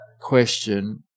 question